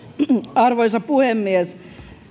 arvoisa puhemies